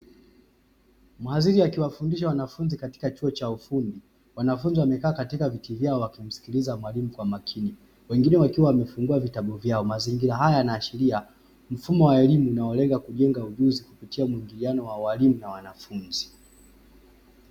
Mhadhiri akiwafundisha wanafunzi katika chuo cha ufundi, wanafunzi wamekaa katika viti vyao wakimsikiliza mwalimu kwa makini, wengine wakiwa wamefungua vitabu vyao. Mazingira haya yana ashiria mfumo wa elimu unaolenga kujenga ujuzi kupitia muingiliano wa walimu na wanafunzi.